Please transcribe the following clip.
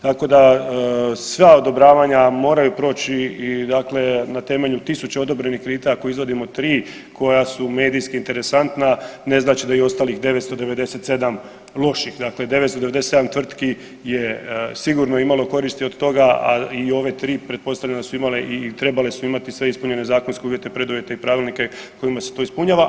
Tako da sva odobravanja moraju proći i dakle na temelju tisuće odobrenih kredita ako izvadimo 3 koja su medijski interesantna ne znači da je i ostalih 997 loših, dakle 997 tvrtki je sigurno imalo koristi od toga, a i ove 3 pretpostavljam da su imale i trebale su imati sve ispunjene zakonske uvjete, preduvjete i pravilnike kojima se to ispunjava.